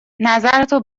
نظرتو